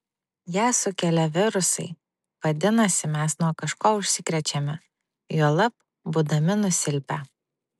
ją sukelia virusai vadinasi mes nuo kažko užsikrečiame juolab būdami nusilpę